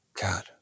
God